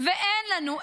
ואין לנו,